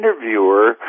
interviewer